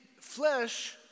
flesh